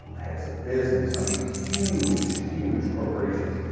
heads of business. i mean huge, huge corporations.